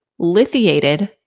Lithiated